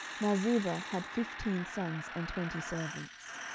now ziba had fifteen sons and twenty servants.